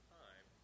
time